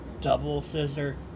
double-scissor